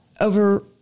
over